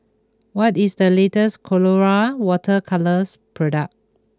what is the latest Colora Water Colours product